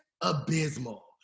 abysmal